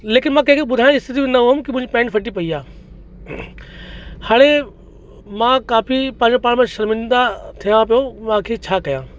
लेकिन मां कंहिंखे ॿुधाइण जी स्थिति में न हुअमि की मुंहिंजी पैंट फटी पई आहे हाणे मां काफ़ी पंहिंजो पाण में शर्मिंदा थियां पियो मूंखे मां आख़िर छा कयां